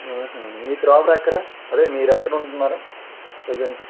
మీ proper ఎక్కడ అదే మీరు ఎక్కడ ఉంటున్నారు ప్రెసెంట్